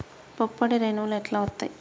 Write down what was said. పుప్పొడి రేణువులు ఎట్లా వత్తయ్?